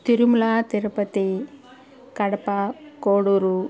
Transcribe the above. Tirumala Tirupati Kadapa Koduru